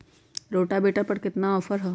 Rotavator पर केतना offer हव?